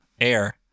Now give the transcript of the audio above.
air